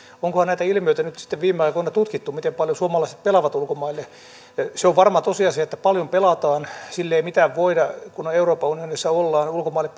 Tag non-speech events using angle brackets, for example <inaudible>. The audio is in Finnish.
onkohan näitä ilmiöitä nyt sitten viime aikoina tutkittu miten paljon suomalaiset pelaavat ulkomaille se on varma tosiasia että paljon pelataan sille ei mitään voida kun euroopan unionissa ollaan ulkomaille <unintelligible>